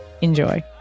Enjoy